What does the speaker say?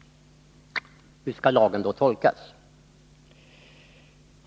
Hur skall då lagen tolkas?